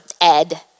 Ed